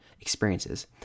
experiences